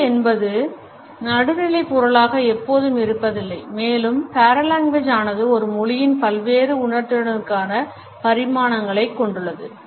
மொழி என்பது நடுநிலை பொருளாக எப்போதும் இருப்பதில்லை மேலும் paralanguage ஆனது ஒரு மொழியின் பல்வேறு உணர்திறனுக்கான பரிமாணங்களைக் கொண்டுள்ளது